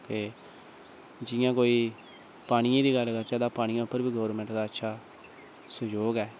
जि'यां कोई पानियै दी गल्ल करचै ते पानियै उप्पर बी गौरमैंट दा अच्छा सैहजोग ऐ